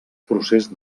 procés